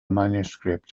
manuscript